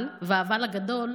אבל, ואבל גדול,